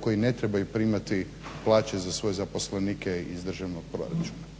koji ne trebaju primati plaće za svoje zaposlenike iz državnog proračuna.